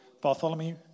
Bartholomew